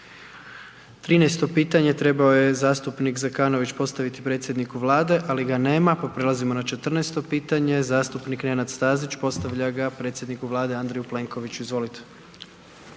13. pitanje trebao je zastupnik Zekanović postaviti predsjedniku Vlade, ali ga nema pa prelazimo na 14. pitanje, zastupnik Nenad Stazić, postavlja ga predsjedniku Vlade, Andreju Plenkoviću. Izvolite.